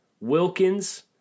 Wilkins